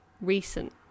recent